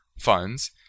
funds